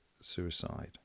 suicide